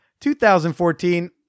2014